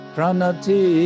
Pranati